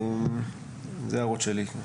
זה ההערות שלי.